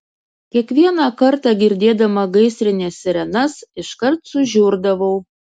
kiekvieną kartą girdėdama gaisrinės sirenas iškart sužiurdavau